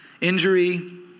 injury